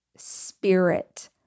Spirit